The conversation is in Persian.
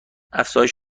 افزایش